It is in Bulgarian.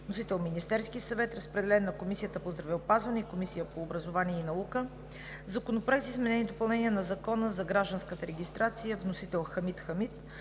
Вносител – Министерският съвет. Разпределен е на Комисията по здравеопазването и Комисията по образованието и науката. Законопроект за изменение и допълнение на Закона за гражданската регистрация. Вносители – Хамид Хамид